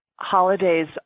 Holidays